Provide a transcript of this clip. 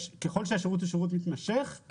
ככל שהשירות הוא שירות מתמשך,